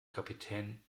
kapitän